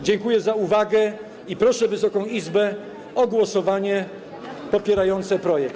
Dziękuję za uwagę i proszę Wysoką Izbę o głosowanie popierające projekt.